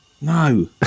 No